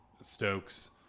Stokes